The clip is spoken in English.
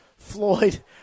Floyd